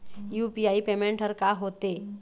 UPI payment हर का होते?